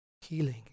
healing